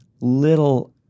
little –